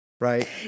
Right